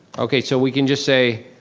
okay so we can just say,